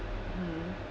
mm